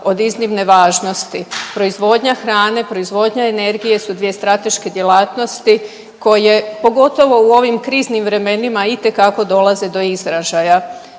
od iznimne važnosti. Proizvodnja hrane, proizvodnja energije su dvije strateške djelatnosti koje pogotovo u ovim kriznim vremenima itekako dolaze do izražaja.